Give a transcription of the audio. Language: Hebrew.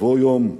יבוא יום,